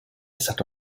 stato